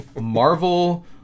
Marvel